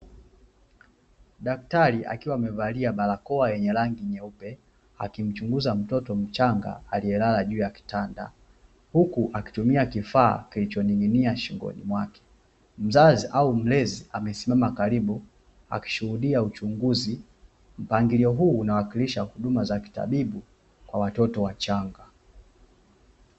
Daktari akiwa amevalia barakoa yenye rangi nyeupe, akimchunguza mtoto mchanga alielala juu ya kitanda. Huku akitumia kifaa kilichoning’inia shingoni mwake. Mzazi au mlezi amesimama karibu akishuhudia uchunguzi, mpangilio huu unawakilisha huduma za kitabibu kwa watoto wachanga.